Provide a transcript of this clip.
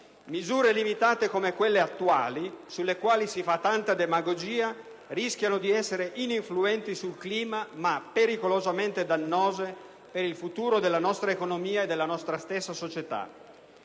Misure limitate come quelle attuali, sulle quali si fa tanta demagogia, rischiano di essere ininfluenti sul clima, ma pericolosamente dannose per il futuro della nostra economia e della nostra stessa società.